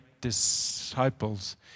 disciples